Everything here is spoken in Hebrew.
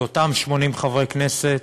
לאותם 80 חברי כנסת,